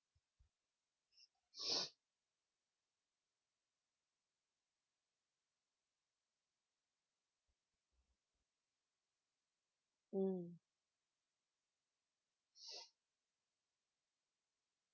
mm